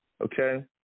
okay